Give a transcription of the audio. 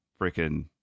freaking